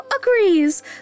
agrees